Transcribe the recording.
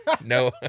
No